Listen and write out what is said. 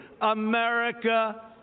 America